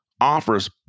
offers